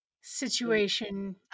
situation